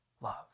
love